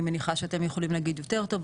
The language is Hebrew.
אני מניחה שאתם יכולים להגיד יותר טוב,